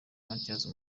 matyazo